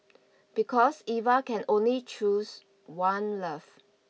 because Eva can only choose one love